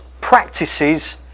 practices